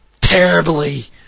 terribly